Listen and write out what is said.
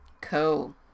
Cool